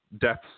deaths